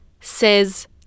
says